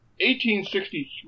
1863